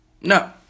No